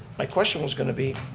my question was going to be,